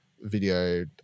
video